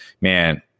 man